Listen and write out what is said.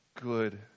good